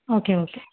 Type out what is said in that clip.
okay okay